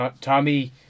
Tommy